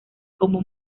como